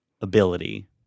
ability